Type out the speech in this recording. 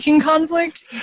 conflict